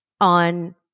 on